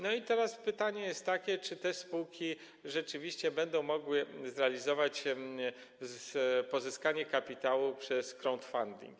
No i teraz pytanie jest takie, czy te spółki rzeczywiście będą mogły zrealizować zadanie pozyskania kapitału przez crowdfunding.